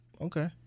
okay